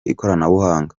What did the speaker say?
ikoranabuhanga